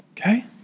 Okay